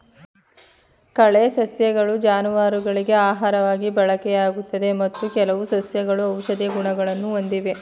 ಕಳೆ ಸಸ್ಯಗಳು ಜಾನುವಾರುಗಳಿಗೆ ಆಹಾರವಾಗಿ ಬಳಕೆಯಾಗುತ್ತದೆ ಮತ್ತು ಕೆಲವು ಸಸ್ಯಗಳು ಔಷಧೀಯ ಗುಣಗಳನ್ನು ಹೊಂದಿವೆ